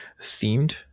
themed